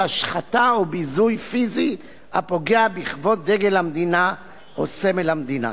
השחתה או ביזוי פיזי הפוגע בכבוד דגל המדינה או סמל המדינה.